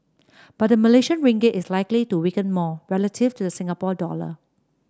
but the Malaysian Ringgit is likely to weaken more relative to the Singapore dollar